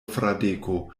fradeko